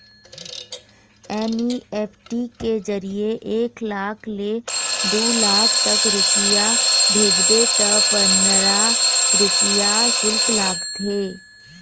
NEFT के जरिए एक लाख ले दू लाख तक रूपिया भेजबे त पंदरा रूपिया सुल्क लागथे